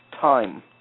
time